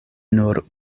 nur